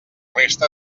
resta